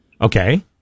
Okay